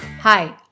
Hi